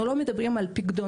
אנחנו לא מדברים על פיקדונות,